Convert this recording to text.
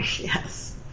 Yes